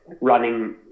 Running